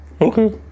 Okay